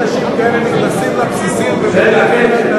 יש אנשים כאלה שנכנסים לבסיסים וגורמים,